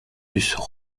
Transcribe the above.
eussent